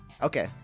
Okay